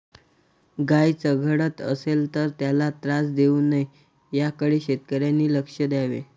गाय चघळत असेल तर त्याला त्रास देऊ नये याकडे शेतकऱ्यांनी लक्ष द्यावे